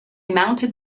mounted